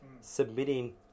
submitting